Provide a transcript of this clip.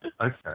Okay